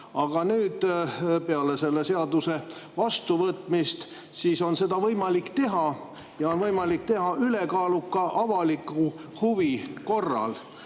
Aga peale selle seaduse vastuvõtmist on seda võimalik teha: seda on võimalik teha ülekaaluka avaliku huvi korral.